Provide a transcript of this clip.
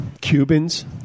Cubans